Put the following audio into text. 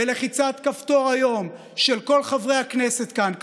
בלחיצת כפתור היום של כל חברי הכנסת כאן,